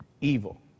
evil